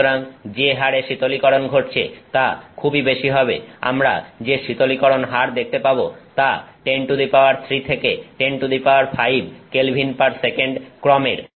সুতরাং যে হারে শীতলীকরণ ঘটছে তা খুবই বেশি হবে আমরা যে শীতলীকরণ হার দেখতে পাবো তা 103 থেকে 105 Ks ক্রমের